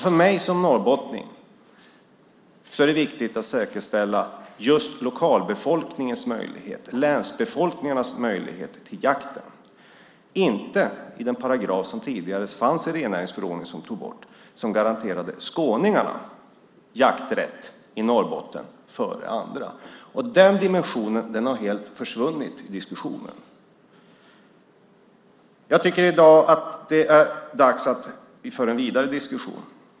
För mig som norrbottning är det viktigt att säkerställa just lokalbefolkningens, länsbefolkningens, möjlighet till jakten, inte den paragraf som tidigare fanns i rennäringsförordningen som vi tog bort, som garanterade skåningarna jakträtt i Norrbotten före andra. Den dimensionen har helt försvunnit i diskussionen. Jag tycker i dag att det är dags att vi för en vidare diskussion.